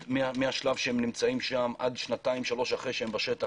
ומהשלב שהם נמצאים שם עד שנתיים שלוש אחרי שהם בשטח,